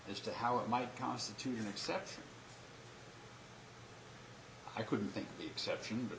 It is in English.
as to how it might constitute an exception i couldn't think the exception but